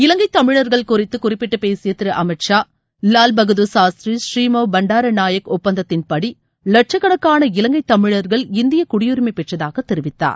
இவங்கை தமிழர்கள் குறித்து குறிப்பிட்டு பேசிய திரு அமித்ஷா வால் பகதுர் சாஸ்திரி ஸ்ரீமாவ் பன்டார நாயகா ஒப்பந்தத்தின்படி வட்சக்கணக்கான இலங்கை தமிழர்கள் இந்திய குடியரிமை பெற்றதாக தெரிவித்தார்